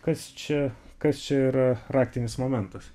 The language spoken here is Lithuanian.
kas čia kas čia yra raktinis momentas